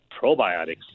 probiotics